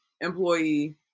employee